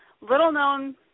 little-known